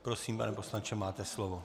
Prosím, pane poslanče, máte slovo.